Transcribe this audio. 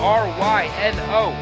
r-y-n-o